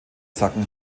zacken